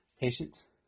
Patience